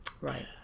Right